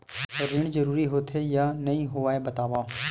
ऋण जरूरी होथे या नहीं होवाए बतावव?